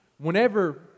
Whenever